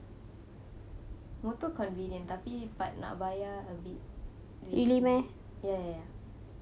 motor convenient tapi but nak bayar a bit ya ya ya